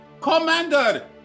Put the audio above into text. Commander